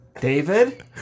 David